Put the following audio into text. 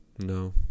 No